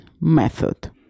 method